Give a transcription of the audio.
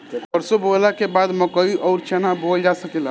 सरसों बोअला के बाद मकई अउर चना बोअल जा सकेला